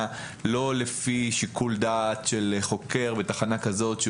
לא לפי שיקול דעת של חוקר בתחנה כזאת,